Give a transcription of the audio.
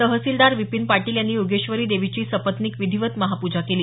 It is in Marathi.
तहसीलदार विपिन पाटील यांनी योगेश्वरी देवीची सपत्निक विधीवत महापूजा केली